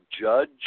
judge